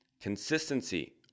Consistency